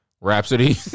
Rhapsody